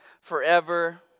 forever